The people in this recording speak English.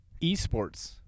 Esports